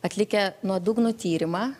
atlikę nuodugnų tyrimą